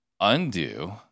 undo